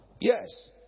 yes